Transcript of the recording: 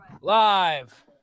live